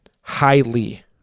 highly